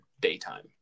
daytime